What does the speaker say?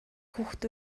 хүүхэд